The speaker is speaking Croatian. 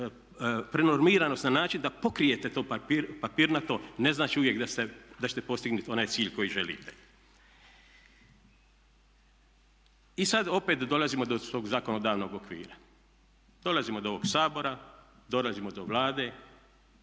prenormiranost na način da pokrijete to papirnato ne znači uvijek da ćete postignuti onaj cilj koji želite. I sad opet dolazimo do svog zakonodavnog okvira. Dolazimo do ovog Sabora, dolazimo do Vlade